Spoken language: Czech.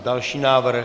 Další návrh?